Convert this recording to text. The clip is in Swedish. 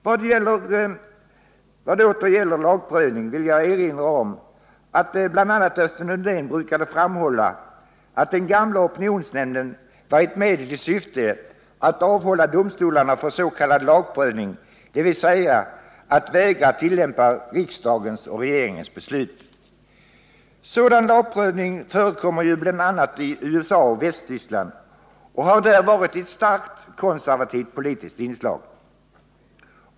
Vad åter gäller lagprövning vill jag erinra om att bl.a. Östen Undén brukade framhålla att den gamla opinionsnämnden var ett medel i syfte att avhålla domstolarna från s.k. lagprövning, dvs. att vägra tillämpa riksdagens och regeringens beslut. Sådan lagprövning förekommer bl.a. i USA och Västtyskland och har där varit ett starkt konservativt politiskt inslag.